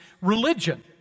religion